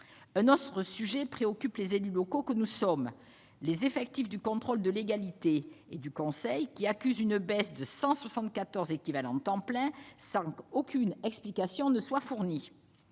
Un autre sujet préoccupe les élus locaux que nous sommes : les effectifs du contrôle de légalité et du conseil, qui accusent une baisse de 174 ETP sans qu'aucune explication soit fournie.